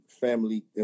Family